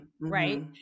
right